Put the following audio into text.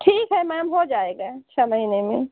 ठीक है मैम हो जाएगा छः महीने में